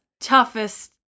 toughest